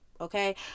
Okay